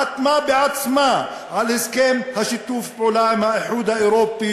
חתמה בעצמה על הסכם שיתוף הפעולה עם האיחוד האירופי,